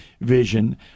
vision